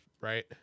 right